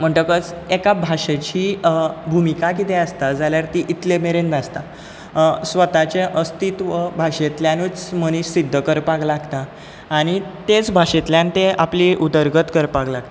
म्हणटकच एका भाशेची भुमिका कितें आसता जाल्यार ती इतले मेरेन नासता स्वताचें अस्तित्व भाशेंतल्यानूच मनीस सिद्ध करपाक लागता आनी तेच भाशेंतल्यान ते आपली उदरगत करपाक लागतात